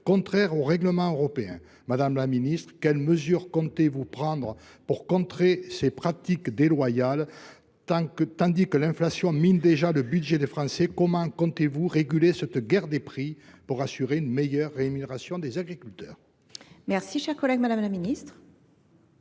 contraire aux règlements européens. Madame la ministre, quelles mesures le Gouvernement entend il prendre pour contrer ces pratiques déloyales ? Alors que l’inflation mine déjà le budget des Français, comment comptez vous réguler cette guerre des prix pour assurer une meilleure rémunération des agriculteurs ? La parole est à Mme la ministre